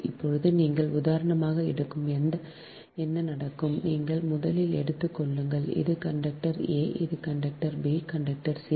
இப்போது நீங்கள் உதாரணமாக எடுக்கும் என்ன நடக்கும் நீங்கள் முதலில் எடுத்துக் கொள்ளுங்கள் இது கண்டக்டர் a இது கண்டக்டர் b கண்டக்டர் சி